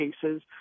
cases